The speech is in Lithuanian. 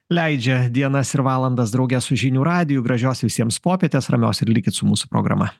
leidžia dienas ir valandas drauge su žinių radiju gražios visiems popietės ramios ir likit su mūsų programa